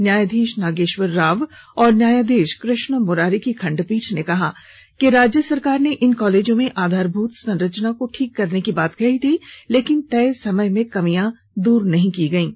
न्यायाधीश नागेश्वर राव और न्यायाधीश कृष्ण मुरारी की खंडपीठ ने कहा कि राज्य सरकार ने इन कॉलेजों में आधारभूत संरचना को ठीक करने की बात कही थी लेकिन तय समय में कमियां दूर नहीं की गई है